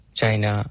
China